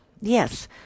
Yes